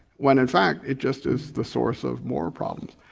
when in fact it just is the source of more problems.